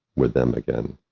with them again,